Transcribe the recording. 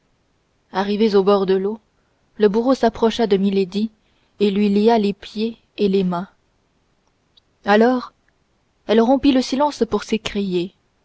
arrivés au bord de l'eau le bourreau s'approcha de milady et lui lia les pieds et les mains alors elle rompit le silence pour